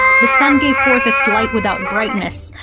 the sun gave forth its light without brightness,